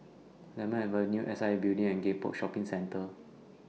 Lemon Avenue S I A Building and Gek Poh Shopping Centre